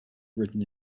written